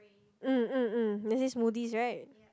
mm mm mm there's this smoothie right